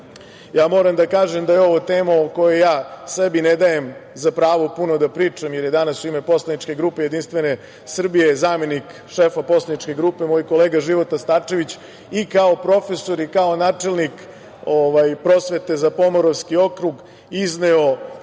stiglo. Moram da kažem da je ovo tema u kojoj ja sebi ne dajem za pravo puno da pričam, jer je danas u ime poslaničke grupe JS zamenik šefa poslaničke grupe moj kolega Života Starčević i kao profesor i kao načelnik prosvete za Pomoravski okrug izneo